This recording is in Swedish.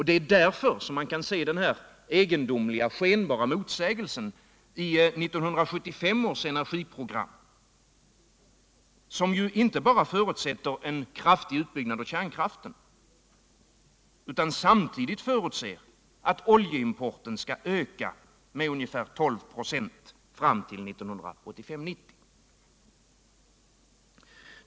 Det är därför som man kan se den cgendomliga, skenbara motsägelsen i 1975 års energiprogram, som ju inte bara förutsätter en kraftig utbyggnad av kärnkraften utan också förutser att oljeimporten skall öka med ungefär 12 26 fram till 1985-1990.